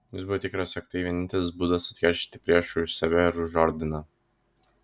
jis buvo tikras jog tai vienintelis būdas atkeršyti priešui už save ir už ordiną